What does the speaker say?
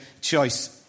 choice